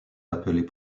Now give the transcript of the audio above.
appelées